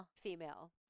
Female